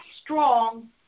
strong